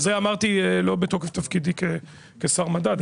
אז זה אמרתי לא בתוקף תפקידי כשר מדע קשור לחוק הזה.